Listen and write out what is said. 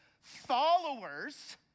followers